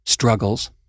Struggles